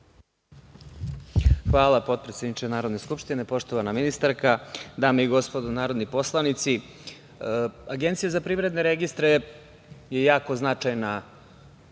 Hvala, potpredsedniče Narodne skupštine. Poštovana ministarka, dame i gospodo narodni poslanici, Agencija za privredne registre je jako značajna